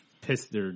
pissed